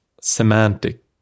semantic